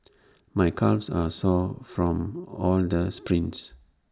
my calves are sore from all the sprints